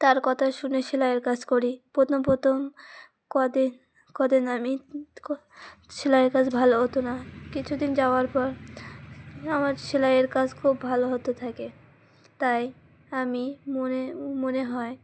তার কথা শুনে সেলাইয়ের কাজ করি প্রথম প্রথম কদিন কদিন আমি সেলাইয়ের কাজ ভালো হতো না কিছুদিন যাওয়ার পর আমার সেলাইয়ের কাজ খুব ভালো হতে থাকে তাই আমি মনে মনে হয়